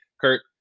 Kurt